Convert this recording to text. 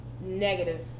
negative